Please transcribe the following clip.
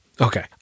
Okay